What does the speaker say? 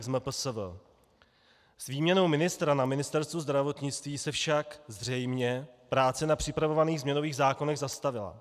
S výměnou ministra na Ministerstvu zdravotnictví se však zřejmě práce na připravovaných změnových zákonech zastavila.